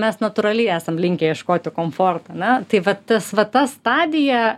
mes natūraliai esam linkę ieškoti komforto ane tai va tas va ta stadija